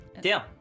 deal